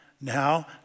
now